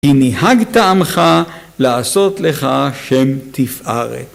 ‫נהגת עמך לעשות לך שם תפארת.